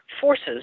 forces